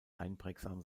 einprägsam